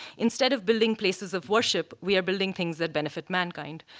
instead of building places of worship, we are building things that benefit mankind.